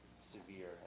severe